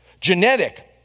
genetic